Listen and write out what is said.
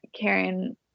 Karen